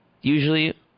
usually